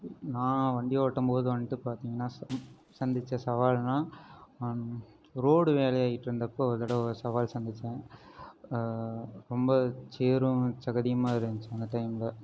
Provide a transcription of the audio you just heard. நான் வண்டி ஓட்டும் போது வந்துட்டு பார்த்திங்கன்னா ச சந்தித்த சவால்னால் ரோடு வேலையாயிட்டு இருந்தப்போது ஒரு தடவை சவால் சந்தித்தேன் ரொம்ப சேறும் சகதியுமாக இருந்துச்சு அந்த டைமில்